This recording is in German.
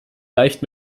leicht